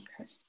Okay